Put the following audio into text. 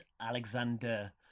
Alexander